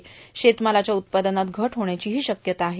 त्यामुळे शेतमालाच्या उत्पादनात घट होण्याची शक्यता आहे